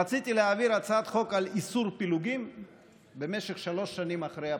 רציתי להעביר הצעת חוק על איסור פילוגים במשך שלוש שנים אחרי הבחירות.